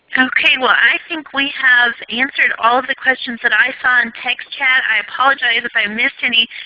okay, well i think we have answered all of the questions and i saw in text chat. i apologize if i missed any.